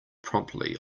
promptly